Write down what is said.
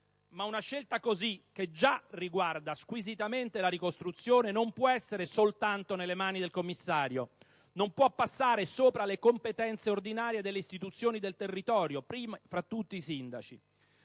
ma una simile scelta, che già riguarda squisitamente la ricostruzione, non può essere soltanto nelle mani del commissario, non può passare sopra le competenze ordinarie delle istituzioni del territorio, prime fra tutte i sindaci.